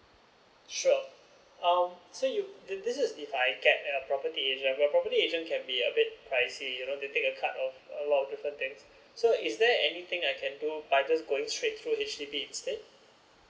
sure um so this is if I get a property agent where property agent can be a bit pricey you know they take a cut of a lot of different things so is there any thing I can do by just going straight through H_D_B instead